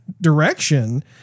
direction